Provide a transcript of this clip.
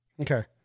Okay